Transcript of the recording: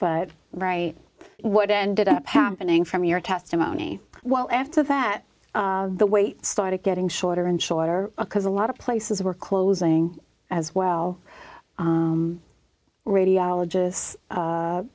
but right what ended up happening from your testimony well after that the wait started getting shorter and shorter because a lot of places were closing as well radiologists